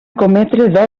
cometre